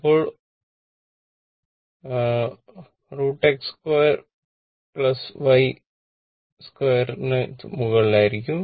ഇപ്പോൾ√x 2 y y2 ന് മുകളിലായിരിക്കും